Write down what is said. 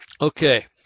okay